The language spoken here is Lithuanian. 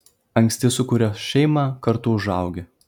anksti sukūręs šeimą kartu užaugi